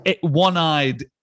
One-eyed